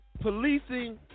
policing